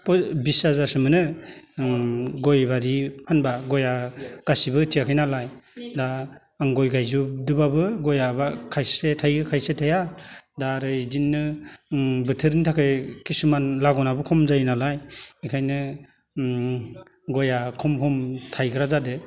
बिस हाजारसो मोनो ओम गयबारि फानब्ला गया गासिबो उथियाखै नालाय दा आं गय गायजुबदोब्लाबो गया खायसे थायो खायसे थाया दा आरो इदिनो ओम बोथोरनि थाखाय किसुमान लागनाबो खम जायो नालाय एखायनो ओम गया खम खम थायग्रा जादो